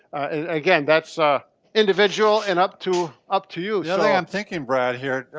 again, that's a individual and up to, up to you. the other thing i'm thinking brad here.